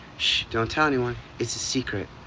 shhh, don't tell anyone. it's a secret.